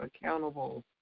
accountable